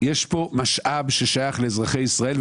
יש פה משאב ששייך לאזרחי ישראל,